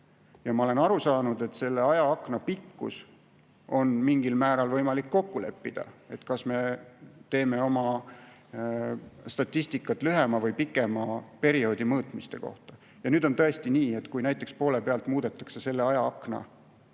Ma olen aru saanud, et selle ajaakna pikkuses on mingil määral võimalik kokku leppida, et kas me teeme statistikat lühema või pikema perioodi mõõtmiste kohta. Nüüd on tõesti nii, et kui näiteks poole pealt muudetakse selle ajaakna